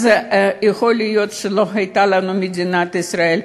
אז יכול להיות שלא הייתה לנו מדינת ישראל.